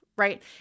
right